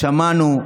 שמענו.